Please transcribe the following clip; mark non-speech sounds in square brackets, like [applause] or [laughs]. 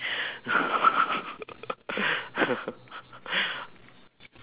[laughs]